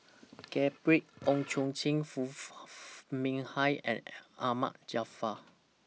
Gabriel Oon Chong Jin Foo Mee Har and Ahmad Jaafar